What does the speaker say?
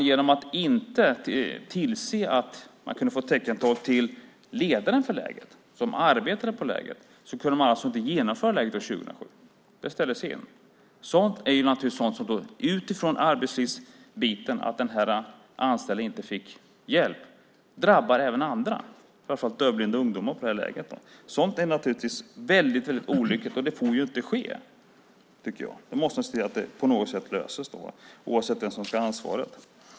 Genom att man inte kunde få teckentolk till ledaren för lägret kunde man inte genomföra lägret 2007. Det ställdes in. Att den anställda inte fick hjälp drabbade även andra, dövblinda ungdomar på det lägret. Sådant är naturligtvis väldigt olyckligt. Det får inte ske, tycker jag. Man måste se till att det på något sätt löses, oavsett vem som ska ha ansvaret.